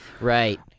Right